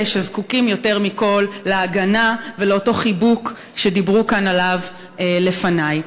שזקוקים יותר מכול להגנה ולאותו חיבוק שדיברו כאן עליו לפני.